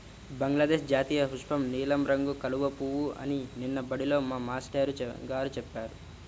బంగ్లాదేశ్ జాతీయపుష్పం నీలం రంగు కలువ పువ్వు అని నిన్న బడిలో మా మేష్టారు గారు చెప్పారు